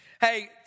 Hey